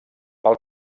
pel